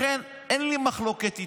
לכן אין לי מחלוקת איתו.